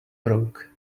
broke